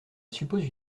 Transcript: suppose